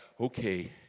okay